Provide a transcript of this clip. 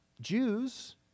Jews